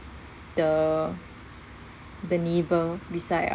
the the neighbour beside